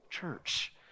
church